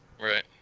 right